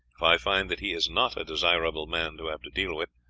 if i find that he is not a desirable man to have to deal with,